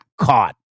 caught